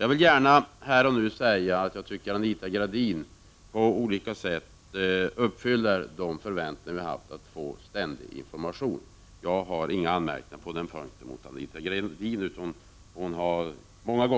Jag vill gärna här och nu säga att jag tycker att Anita Gradin på olika sätt lever upp till våra förväntningar om att få ständig information. Jag har inga anmärkningar på den punkten att rikta mot Anita Gradin. Hon har nog